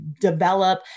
develop